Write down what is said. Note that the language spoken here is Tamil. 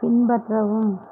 பின்பற்றவும்